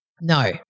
no